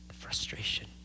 frustration